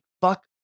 fuck